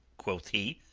quoth he.